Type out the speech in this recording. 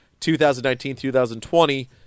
2019-2020